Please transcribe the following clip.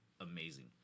amazing